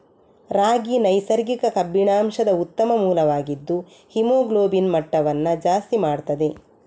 ರಾಗಿ ನೈಸರ್ಗಿಕ ಕಬ್ಬಿಣಾಂಶದ ಉತ್ತಮ ಮೂಲವಾಗಿದ್ದು ಹಿಮೋಗ್ಲೋಬಿನ್ ಮಟ್ಟವನ್ನ ಜಾಸ್ತಿ ಮಾಡ್ತದೆ